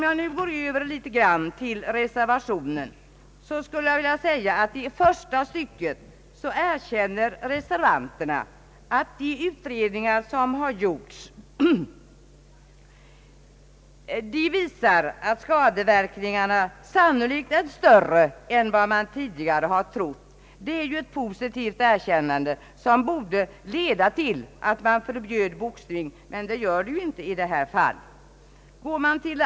Jag går nu över till att något beröra reservation 1. I första stycket erkänner reservanterna att de utredningar som gjorts visar att skadeverkningarna sannolikt är större än vad man tidigare trott. Det är ett positivt erkännande, som borde leda till yrkande om förbud mot boxning, men något sådant yrkande har inte framställts i detta fall.